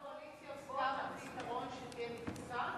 הקואליציה, פתרון שתהיה מכסה